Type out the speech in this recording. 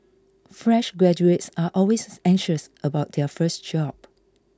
fresh graduates are always anxious about their first job